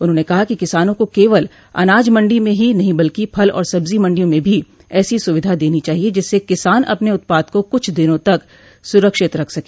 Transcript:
उन्होंने कहा कि किसानों को केवल अनाज मंडी में ही नहीं बल्कि फल और सब्जी मंडियों में भी ऐसी सुविधा देनी चाहिये जिससे किसान अपने उत्पाद को कुछ दिनों तक सुरक्षित रख सके